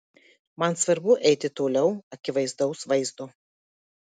man svarbu eiti toliau akivaizdaus vaizdo